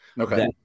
okay